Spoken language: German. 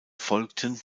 folgten